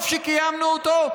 טוב שקיימנו אותו.